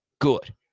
good